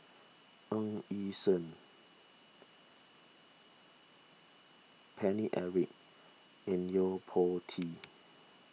Ng Yi Sheng Paine Eric and Yo Po Tee